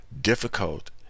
difficult